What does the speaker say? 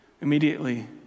Immediately